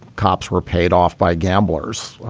cops were paid off by gamblers.